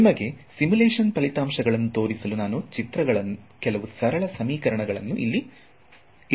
ನಿಮಗೆ ಸಿಮ್ಯುಲೇಶನ್ ಫಲಿತಾಂಶಗಳನ್ನು ತೋರಿಸಲು ನಾನು ಚಿತ್ರಗಳ ಕೆಲವು ಸರಳ ಸಮೀಕರಣಗಳನ್ನು ಇಲ್ಲಿ ಇರಿಸಿದ್ದೇನೆ